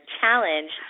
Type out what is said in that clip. challenge